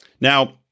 Now